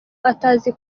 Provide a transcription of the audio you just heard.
atazi